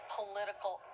...political